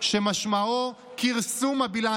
הוא בעד